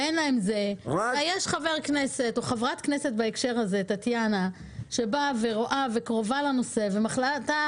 ויש חבר כנסת או חברת כנסת בהקשר הזה טטיאנה שקרובה לנושא ומבחינתה